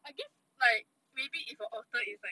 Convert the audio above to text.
I guess like maybe if a otter is like